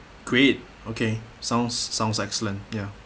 great okay sounds sounds excellent ya